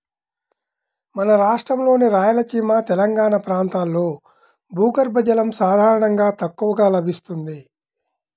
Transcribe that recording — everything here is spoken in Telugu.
మన రాష్ట్రంలోని రాయలసీమ, తెలంగాణా ప్రాంతాల్లో భూగర్భ జలం సాధారణంగా తక్కువగా లభిస్తుంది